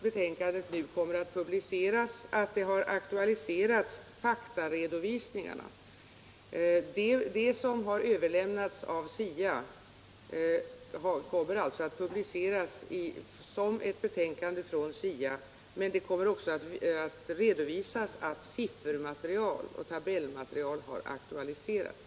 Betänkandet kommer nu att publiceras, och faktaredovisningarna har aktualiserats. Det som överlämnats av SIA kommer alltså att publiceras som ett betänkande från SIA, men det kommer också att redovisas att siffer och tabellmaterial har aktualiserats.